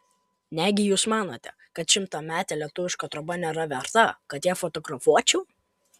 negi jūs manote kad šimtametė lietuviška troba nėra verta kad ją fotografuočiau